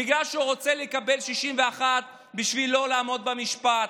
בגלל שהוא רוצה לקבל 61 בשביל לא לעמוד למשפט.